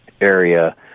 area